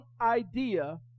idea